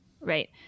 Right